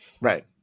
right